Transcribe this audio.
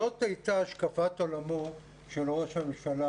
זאת הייתה השקפת עולמו של ראש הממשלה